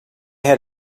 had